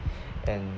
and